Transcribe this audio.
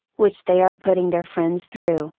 which they are putting their friends through,